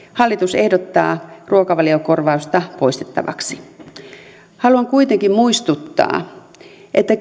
hallitus ehdottaa ruokavaliokorvausta poistettavaksi haluan kuitenkin muistuttaa että